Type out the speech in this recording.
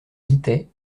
guittet